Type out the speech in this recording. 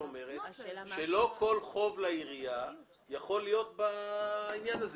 שלא כל חוב לעירייה יכול להיות בעניין הזה.